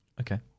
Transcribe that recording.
Okay